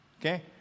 Okay